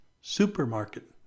supermarket